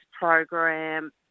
program